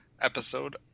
episode